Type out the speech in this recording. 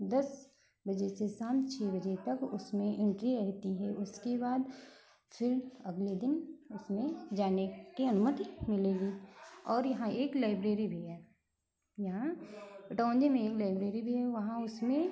दस बजे से शाम छः बजे तक उसमें उनकी होती है उसके बाद फिर अगले दिन उसमें जाने की अनुमति मिलेगी और यहाँ एक लाइब्रेरी भी है यहाँ इटौंजे में एक लाइब्रेरी भी है वहाँ उसमें